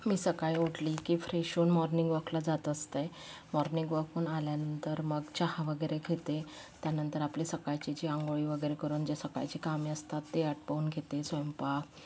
मी सकाळी उठली की फ्रेश होऊन मॉर्निंग वॉकला जात असते मॉर्निंग वॉकहून आल्यानंतर मग चहा वगैरे घेते त्यानंतर आपले सकाळचे जे अंघोळी वगैरे करून जे सकाळचे कामे असतात ते आटोपून घेते स्वयंपाक